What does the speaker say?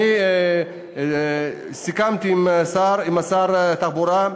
אני סיכמתי עם שר התחבורה,